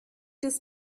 das